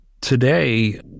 today